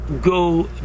go